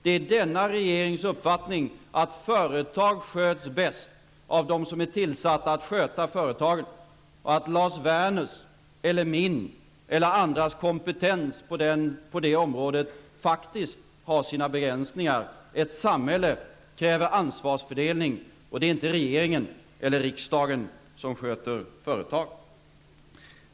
Det är denna regerings uppfattning att företag sköts bäst av dem som är tillsatta att sköta företagen och att Lars Werners, min och andras kompetens på det området faktiskt har sina begränsningar. Ett samhälle kräver ansvarsfördelning, och det är inte regeringen eller riksdagen som sköter företagen.